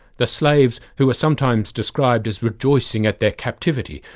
the slaves who are sometimes described as rejoicing at their captivity,